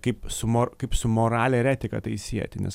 kaip su mor kaip su morale ir etika tai sieti nes